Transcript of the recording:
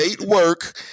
work